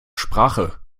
sprache